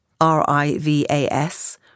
R-I-V-A-S